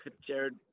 Jared